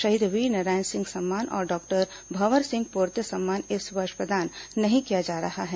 शहीद वीरनारायण सिंह सम्मान और डॉक्टर भंवर सिंह पोर्ते सम्मान इस वर्ष प्रदान नहीं किया जा रहा है